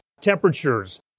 temperatures